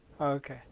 Okay